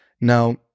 Now